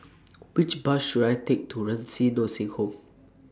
Which Bus should I Take to Renci Nursing Home